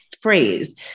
phrase